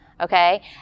okay